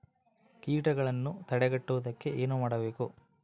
ಕೇಟಗಳನ್ನು ತಡೆಗಟ್ಟುವುದಕ್ಕೆ ಏನು ಮಾಡಬೇಕು?